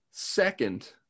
second